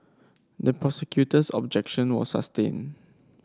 the prosecutor's objection was sustained